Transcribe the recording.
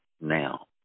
now